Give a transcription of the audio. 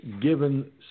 given